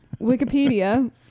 wikipedia